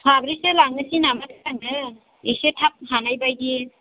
साब्रैसो लांनोसै नामाथाय आङो एसे थाब हानाय बायदि